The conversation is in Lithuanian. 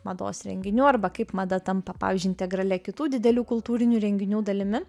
mados renginių arba kaip mada tampa pavyzdžiui integralia kitų didelių kultūrinių renginių dalimi